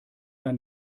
dann